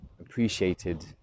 appreciated